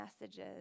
messages